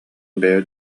бэйэ